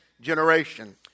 generation